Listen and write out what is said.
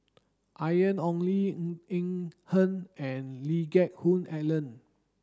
Ian Ong Li Ng Eng Hen and Lee Geck Hoon Ellen